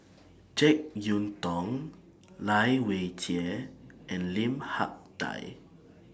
Jek Yeun Thong Lai Weijie and Lim Hak Tai